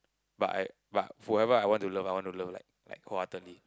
but I but forever I want to love I want to love like like wholeheartedly